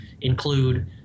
include